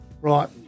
right